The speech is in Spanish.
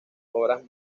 obras